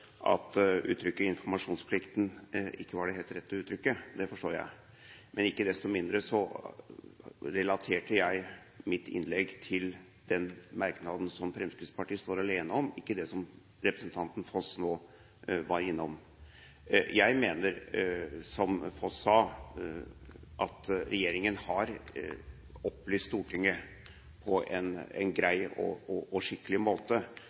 rette uttrykket. Det forstår jeg. Men ikke desto mindre relaterte jeg mitt innlegg til den merknaden som Fremskrittspartiet står alene om, og ikke det som representanten Foss nå var innom. Jeg mener, som representanten Foss sa, at regjeringen har opplyst Stortinget på en grei og skikkelig måte.